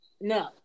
no